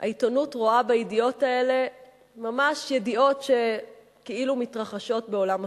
העיתונות רואה בידיעות האלה ממש ידיעות שכאילו מתרחשות בעולם אחר.